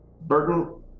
Burton